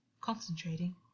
Concentrating